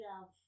love